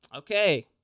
Okay